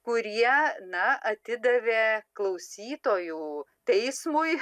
kurie na atidavė klausytojų teismui